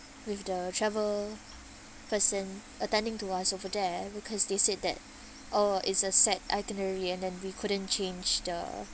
with the travel person attending to us over there because they said that uh is a set itinerary and then we couldn't change the